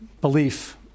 belief